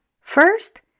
First